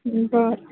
हं बरं